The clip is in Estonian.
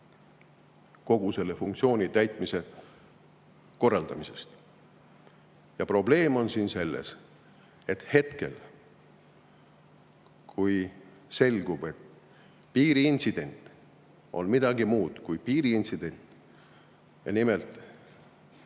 kogu selle funktsiooni täitmise korraldamisest. Probleem on selles, et hetkel, kui selgub, et piiriintsident on midagi muud kui piiriintsident, nimelt